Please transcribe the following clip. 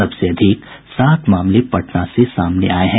सबसे अधिक सात मामले पटना से सामने आये हैं